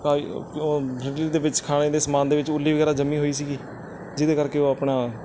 ਜਿਹਦੇ ਵਿੱਚ ਖਾਣੇ ਦੇ ਸਮਾਨ ਦੇ ਵਿੱਚ ਉਲੀ ਵਗੈਰਾ ਜੰਮੀ ਹੋਈ ਸੀਗੀ ਜਿਹਦੇ ਕਰਕੇ ਉਹ ਆਪਣਾ